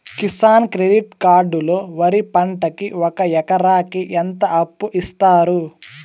Kisan credit card లో వరి పంటకి ఒక ఎకరాకి ఎంత అప్పు ఇస్తారు?